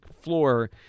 floor